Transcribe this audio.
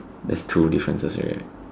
there's two differences already right